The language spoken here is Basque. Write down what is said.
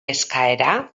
eskaera